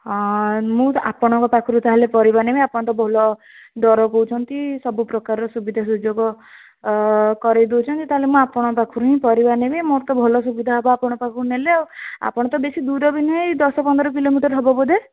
ହଁ ମୁଁ ଆପଣଙ୍କ ପାଖରୁ ତାହେଲେ ପରିବା ନେବି ଆପଣ ତ ଭଲ ଦର କହୁଛନ୍ତି ସବୁ ପ୍ରକାର ସୁବିଧା ସୁଯୋଗ କରେଇ ଦେଉଛନ୍ତି ତାହେଲେ ମୁଁ ଆପଣଙ୍କ ପାଖରୁ ହିଁ ପରିବା ନେବି ମୋର ତ ଭଲ ସୁବିଧା ହେବ ଆପଣଙ୍କ ପାଖରୁ ନେଲେ ଆଉ ଆପଣ ତ ବେଶୀ ଦୂର ବି ନୁହେଁ ଏଇ ଦଶ ପନ୍ଦର କିଲୋମିଟର୍ ହେବ ବୋଧେ